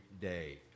day